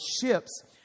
ships